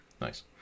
Nice